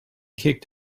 kicked